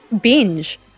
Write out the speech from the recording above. binge